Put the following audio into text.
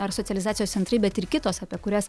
ar socializacijos centrai bet ir kitos apie kurias